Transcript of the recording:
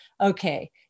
okay